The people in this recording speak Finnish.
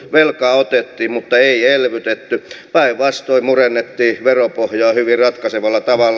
velkaa otettiin mutta ei elvytetty päinvastoin murennettiin veropohjaa hyvin ratkaisevalla tavalla